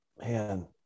man